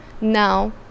now